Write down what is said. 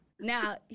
now